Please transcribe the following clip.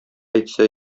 әйтсә